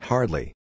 Hardly